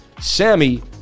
Sammy